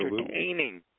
entertaining